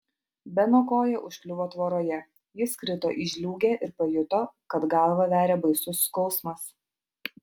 beno koja užkliuvo tvoroje jis krito į žliūgę ir pajuto kad galvą veria baisus skausmas